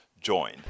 join